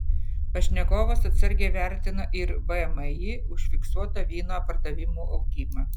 pašnekovas atsargiai vertina ir vmi užfiksuotą vyno pardavimų augimą